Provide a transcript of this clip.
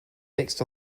fixed